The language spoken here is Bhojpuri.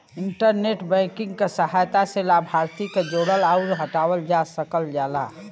इंटरनेट बैंकिंग क सहायता से लाभार्थी क जोड़ल आउर हटावल जा सकल जाला